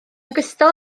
ogystal